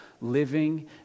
living